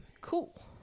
Cool